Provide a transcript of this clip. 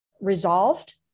resolved